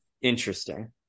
interesting